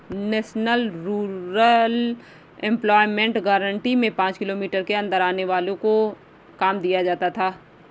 national rural employment guarantee में पांच kilometre के अंदर आने वालो को काम दिया जाता था